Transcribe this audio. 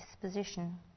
disposition